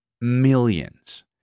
millions